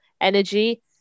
energy